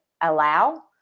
allow